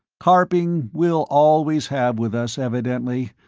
carping we'll always have with us evidently,